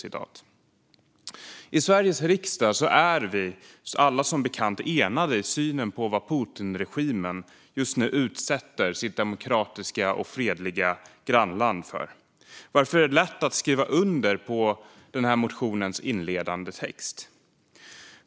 I Sveriges riksdag är vi alla som bekant enade i synen på vad Putinregimen just nu utsätter sitt demokratiska och fredliga grannland för, varför det är lätt att skriva under på motionens inledande text.